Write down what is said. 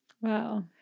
Wow